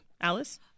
Alice